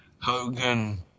Hogan